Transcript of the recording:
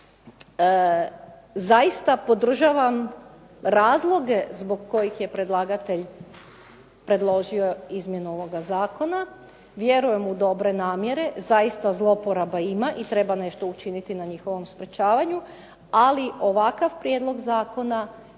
Zaista podržavam razloge zbog kojih je predlagatelj predložio izmjenu ovoga zakona, vjerujem u dobre namjere, zaista zloporaba ima i treba nešto učiniti na njihovom sprečavanju, ali ovakav prijedlog zakona ne